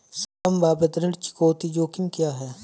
संभावित ऋण चुकौती जोखिम क्या हैं?